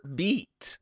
beat